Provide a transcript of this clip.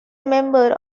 member